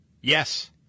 yes